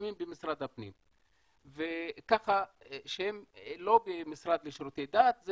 למוסלמים במשרד הפנים כך שהם לא במשרד לשירותי דת,